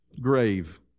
grave